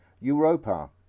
Europa